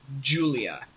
Julia